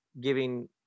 giving